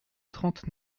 trente